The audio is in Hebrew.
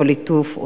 אותו ליטוף,